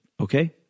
okay